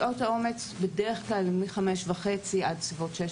שעות העומס הן בדרך כלל מחמש וחצי עד שש